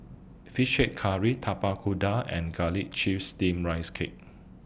Fish Head Curry Tapak Kuda and Garlic Chives Steamed Rice Cake